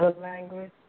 language